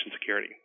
security